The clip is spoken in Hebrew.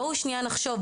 בואו שנייה נחשוב,